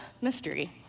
mystery